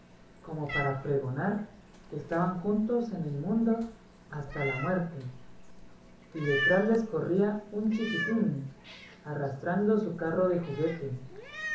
como para pregonar que estaban juntos en el mundo hasta la muerte y detrás les corría un chiquitín arrastrando su carro de juguete